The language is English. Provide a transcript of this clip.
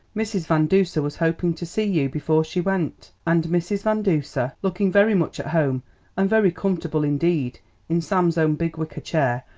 mrs. van duser was hoping to see you before she went. and mrs. van duser, looking very much at home and very comfortable indeed in sam's own big wicker chair,